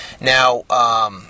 Now